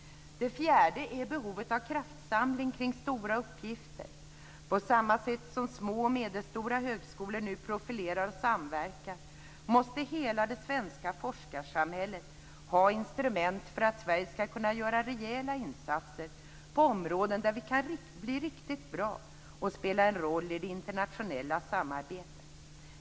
Den fjärde är behovet av kraftsamling kring stora uppgifter. På samma sätt som små och medelstora högskolor nu profilerar och samverkar måste hela det svenska forskarsamhället ha instrument för att Sverige ska kunna göra rejäla insatser på områden där vi kan bli riktigt bra och spela en roll i det internationella samarbetet.